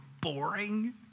boring